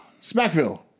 Smackville